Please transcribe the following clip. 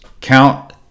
count